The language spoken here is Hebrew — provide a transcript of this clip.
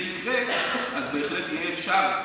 בהחלט יהיה אפשר,